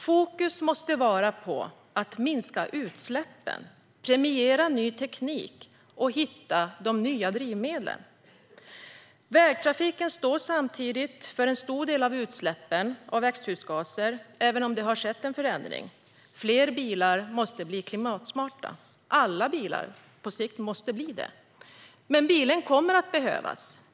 Fokus måste vara på att minska utsläppen, premiera ny teknik och hitta de nya drivmedlen. Vägtrafiken står samtidigt för en stor del av utsläppen av växthusgaser, även om det har skett en förändring. Fler bilar måste bli klimatsmarta. Alla bilar måste på sikt bli det. Men bilen kommer att behövas.